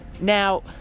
Now